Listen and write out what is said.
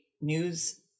news